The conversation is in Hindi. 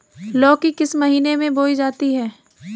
लौकी किस महीने में बोई जाती है?